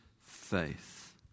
faith